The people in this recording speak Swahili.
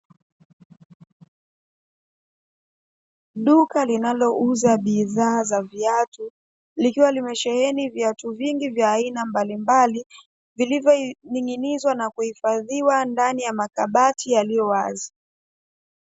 Duka linalouza bidhaa za viatu likiwa limesheheni viatu vingi vya aina mbalimbali vilivyonin'ginizwa na kuhifadhiwa ndani ya makabati yaliyo wazi.